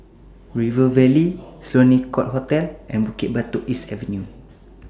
River Valley Sloane Court Hotel and Bukit Batok East Avenue